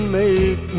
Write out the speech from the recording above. make